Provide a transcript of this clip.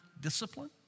Discipline